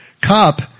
Cop